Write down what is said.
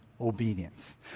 obedience